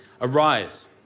Arise